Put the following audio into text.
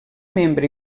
membre